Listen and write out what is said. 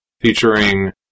featuring